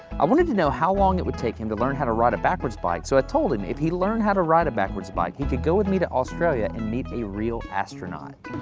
i wanted to know how long it would take him to learn how to ride a backwards bike so i told him if he learned how to ride a backwards bike he could go with me to australia and meet a real astronaut.